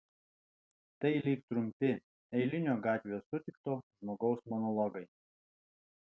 tai lyg trumpi eilinio gatvėje sutikto žmogaus monologai